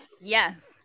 Yes